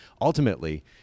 ultimately